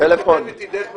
לא קיבלתי שום שמות.